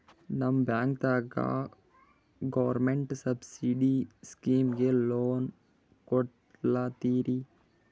ನಿಮ ಬ್ಯಾಂಕದಾಗ government subsidy ಸ್ಕೀಮಿಗಿ ಲೊನ ಕೊಡ್ಲತ್ತೀರಿ?